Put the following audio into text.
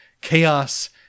chaos